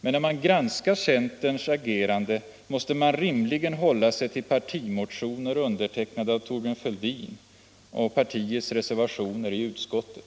Men när man granskar centerns agerande måste man rimligen hålla sig till partimotioner undertecknade av herr Fälldin och till partiets reservationer i utskottet.